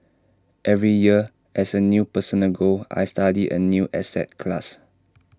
every year as A personal goal I study A new asset class